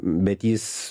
bet jis